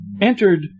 entered